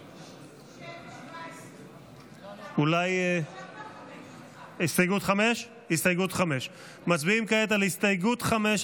5. הסתייגות 5. מצביעים כעת על הסתייגות 5,